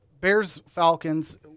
Bears-Falcons